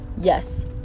yes